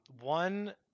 One